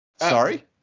Sorry